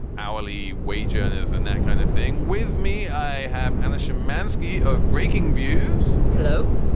hourly wage earners in that kind of thing with me, i have. and the shymansky of breaking views. hello,